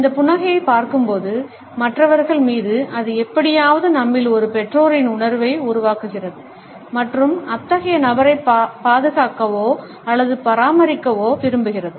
இந்த புன்னகையைப் பார்க்கும்போது மற்றவர்கள் மீது அது எப்படியாவது நம்மில் ஒரு பெற்றோரின் உணர்வை உருவாக்குகிறது மற்றும் அத்தகைய நபரைப் பாதுகாக்கவோ அல்லது பராமரிக்கவோ விரும்புகிறது